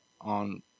on